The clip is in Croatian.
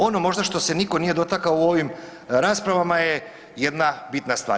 Ono možda što se nitko nije dotakao u ovim raspravama je jedna bitna stvar.